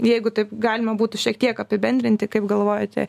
jeigu taip galima būtų šiek tiek apibendrinti kaip galvojate